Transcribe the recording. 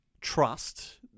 trust